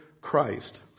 Christ